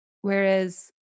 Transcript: Whereas